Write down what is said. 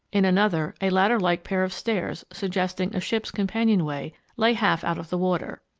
in another, a ladder-like pair of stairs, suggesting a ship's companionway, lay half out of the water.